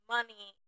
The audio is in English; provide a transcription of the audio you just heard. money